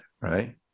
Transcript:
right